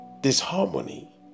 disharmony